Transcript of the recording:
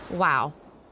Wow